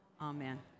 Amen